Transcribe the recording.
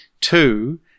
Two